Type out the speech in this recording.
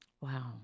Wow